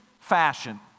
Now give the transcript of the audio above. fashion